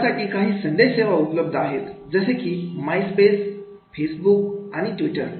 यासाठी काही संदेश सेवा उपलब्ध आहेत जसे की माय स्पेस फेसबूक आणि ट्विटर